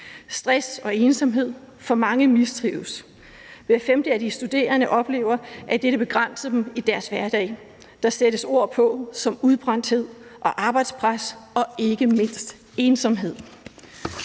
stress og ensomhed og for mange mistrives. Hver femte af de studerende oplever, at dette begrænser dem i deres hverdag. Der sættes ord som udbrændthed og arbejdspres og ikke mindst ensomhed